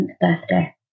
birthday